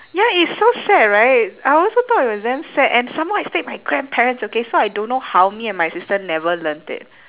ya it's so sad right I also thought it was damn sad and some more I stayed with my grandparents okay so I don't know how me and my sister never learnt it